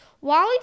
Wally